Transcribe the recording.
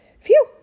phew